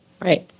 Right